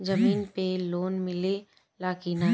जमीन पे लोन मिले ला की ना?